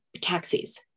taxis